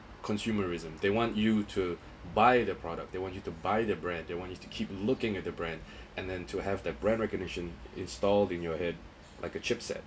consumerism they want you to buy the product they want you to buy their brand they wanted to keep looking at the brand and then to have their brand recognition installed in your head like a chip set